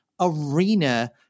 arena